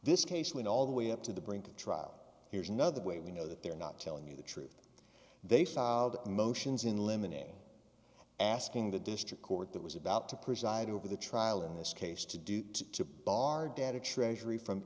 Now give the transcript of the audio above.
this case went all the way up to the brink of trial here's another way we know that they're not telling you the truth they filed motions in limine name asking the district court that was about to preside over the trial in this case to do to bar data treasury from